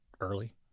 early